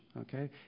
okay